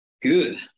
Good